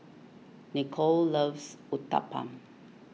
Nicolle loves Uthapam